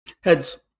Heads